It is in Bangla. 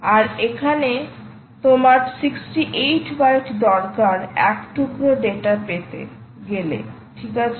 তোমার 68 বাইট দরকার এক টুকরো ডেটা পেতে গেলে ঠিক আছে